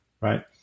right